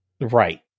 Right